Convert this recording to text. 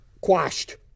quashed